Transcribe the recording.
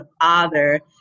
father